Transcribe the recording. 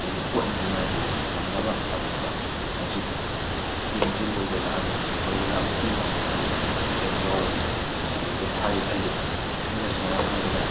ꯑꯩꯁꯨ ꯍꯣꯠꯅꯔꯤ ꯃꯥꯒꯤ ꯉꯝꯅꯕ ꯇꯝꯅꯕ ꯍꯧꯖꯤꯛ ꯇꯦꯟꯁꯤ ꯂꯣꯏꯁꯤꯜꯂꯛꯑꯅꯤ ꯂꯣꯏꯁꯤꯜꯂꯛꯑ ꯃꯇꯨꯡꯗ ꯑꯩꯅ ꯕꯦꯡꯒ꯭ꯂꯣꯔ ꯗꯦꯜꯍꯤꯗ ꯊꯥꯒꯦ ꯈꯜꯂꯤ ꯈꯟꯕꯁꯤꯅ ꯃꯔꯝ ꯑꯣꯏꯗꯅ